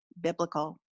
biblical